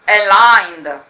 aligned